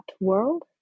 world